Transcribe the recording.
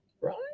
Right